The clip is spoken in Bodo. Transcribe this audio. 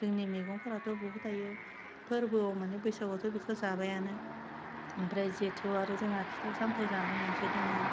जोंनि मैगंफोराथ' बहुत थायो फोरबोआव माने बैसागुवावथ' बेखौ जाबायानो ओमफ्राय जेथोआव आरो जोङा फिथाइ सामथाइ जानाय मोनसे दङ